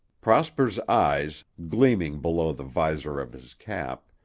prosper's eyes, gleaming below the visor of his cap,